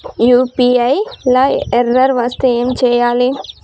UPI లా error వస్తే ఏం చేయాలి?